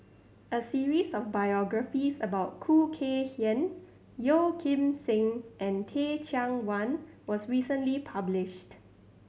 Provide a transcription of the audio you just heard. a series of biographies about Khoo Kay Hian Yeo Kim Seng and Teh Cheang Wan was recently published